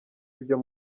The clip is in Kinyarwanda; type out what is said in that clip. ibyo